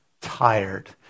tired